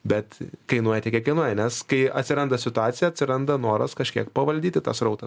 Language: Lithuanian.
bet kainuoja tiek kiek kainuoja nes kai atsiranda situacija atsiranda noras kažkiek pavaldyti tą srautą